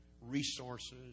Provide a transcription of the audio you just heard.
resources